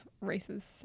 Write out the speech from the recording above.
races